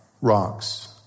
rocks